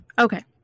Okay